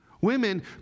Women